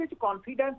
confidence